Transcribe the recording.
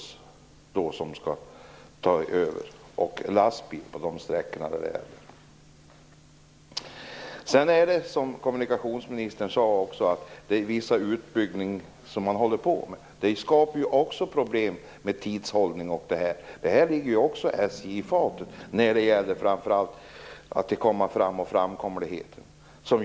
Som kommunikationsministern sade håller man på med viss utbyggnad. Det skapar också problem med tidshållning osv. Detta ligger SJ i fatet, och drabbar framför allt framkomligheten.